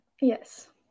Yes